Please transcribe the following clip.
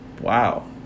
Wow